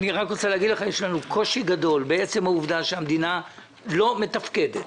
לנו קושי גדול עם עצם העובדה שהמדינה לא מתפקדת.